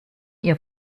ihr